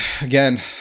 again